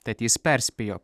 tad jis perspėjo